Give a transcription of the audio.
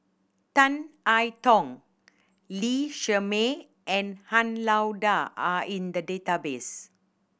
Tan I Tong Lee Shermay and Han Lao Da are in the database